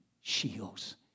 shields